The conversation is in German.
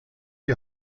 die